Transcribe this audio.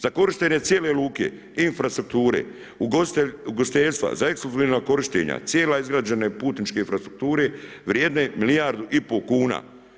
Za korištenje cijele luke, infrastrukture, ugostiteljstva, za ekskluzivna korištenja, cijele izgrađene putničke infrastrukture vrijedne milijardu i pol kuna.